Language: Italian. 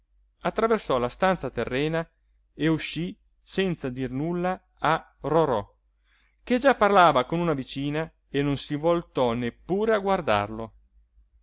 attraversò la stanza terrena e uscí senza dir nulla a rorò che già parlava con una vicina e non si voltò neppure a guardarlo